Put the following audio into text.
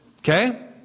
Okay